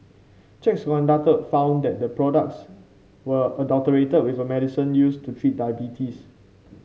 checks conducted found that the products were adulterated with a medicine used to treat diabetes